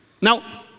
Now